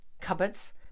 cupboards